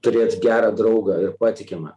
turėt gerą draugą ir patikimą